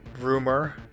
rumor